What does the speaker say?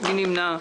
מי נמנע?